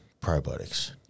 probiotics